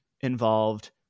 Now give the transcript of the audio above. involved